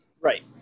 Right